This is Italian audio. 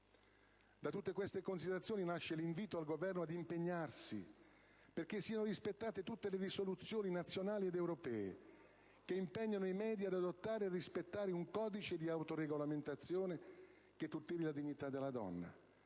Da tutte queste considerazioni nasce l'invito al Governo ad impegnarsi perché siano rispettate tutte le risoluzioni, nazionali ed europee, che impegnano i *media* ad adottare e rispettare un codice di autoregolamentazione che tuteli la dignità della donna.